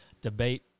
debate